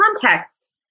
context